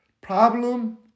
problem